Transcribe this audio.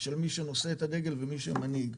של מי שנושא את הדגל ומי שמנהיג.